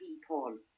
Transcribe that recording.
people